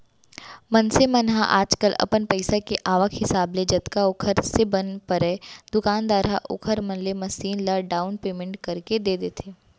मनसे मन ह आजकल अपन पइसा के आवक हिसाब ले जतका ओखर से बन परय दुकानदार ह ओखर मन ले मसीन ल डाउन पैमेंट करके दे देथे